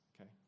okay